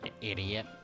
Idiot